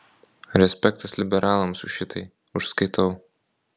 respektas liberalams už šitai užskaitau